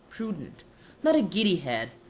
prudent not a giddy head,